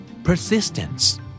Persistence